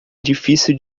difícil